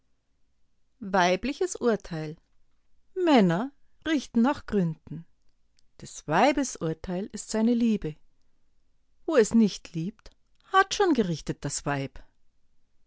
weibliches urteil männer richten nach gründen des weibes urteil ist seine liebe wo es nicht liebt hat schon gerichtet das weib